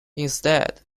instead